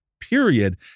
period